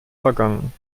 vergangen